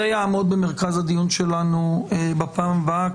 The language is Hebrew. זה יעמוד במרכז הדיון שלנו בפעם הבאה.